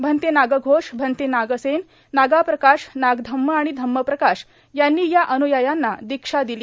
भन्ते नागघोष भन्ते नागसेन नागाप्रकाश नाग्धम्म आणि धाम्मप्रकाश यांनी या अन्यायांना दीक्षा दिली